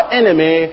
enemy